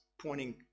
pointing